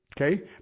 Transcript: Okay